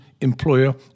employer